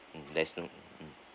mm that is no